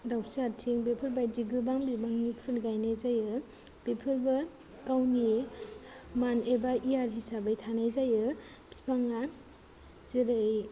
दावस्रि आथिं बेफोरबायदि गोबां बिबांनि फुल गायनाय जायो बेफोरबो गावनि मान्थ एबा इयार हिसाबै थानाय जायो बिफाङा जेरै